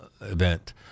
event